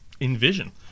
envision